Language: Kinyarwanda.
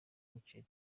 umuceri